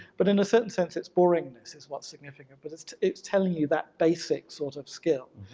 but in a certain sense, it's boringness is what's significant. but it's it's telling you that basic sort of skill.